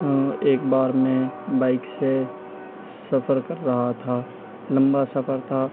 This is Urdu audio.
ایک بار میں بائک سے سفر کر رہا تھا لمبا سفر تھا